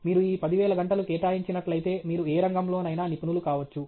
మీరు ఈ 10000 గంటలు కేటాయించినట్లైతే మీరు ఏ రంగంలోనైనా నిపుణులు కావచ్చు